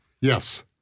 Yes